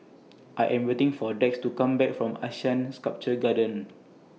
I Am waiting For Dax to Come Back from Asean Sculpture Garden